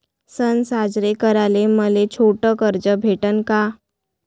सन साजरे कराले मले छोट कर्ज भेटन का?